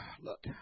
look